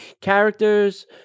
characters